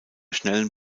schnellen